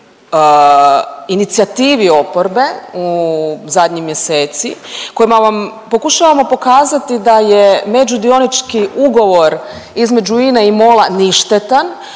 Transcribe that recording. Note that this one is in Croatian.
inicijativi oporbe zadnjih mjeseci kojima vam pokušavamo pokazati da je među dionički ugovor između INA-e i MOL-a ništetan